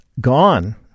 gone